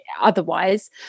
otherwise